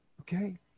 okay